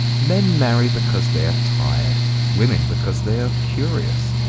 men marry because they are tired women because they are curious.